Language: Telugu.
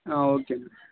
ఆ ఓకే అండి